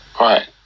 right